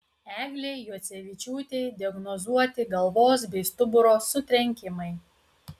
eglei juocevičiūtei diagnozuoti galvos bei stuburo sutrenkimai